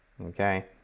Okay